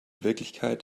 wirklichkeit